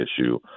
issue